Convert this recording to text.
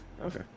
Okay